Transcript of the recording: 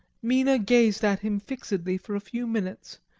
mina gazed at him fixedly for a few minutes,